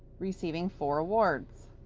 receiving four awards